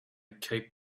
cape